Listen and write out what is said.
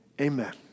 Amen